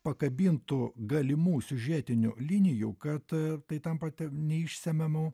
pakabintų galimų siužetinių linijų kad tai tampa neišsemiamu